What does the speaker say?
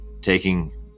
taking